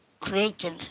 creative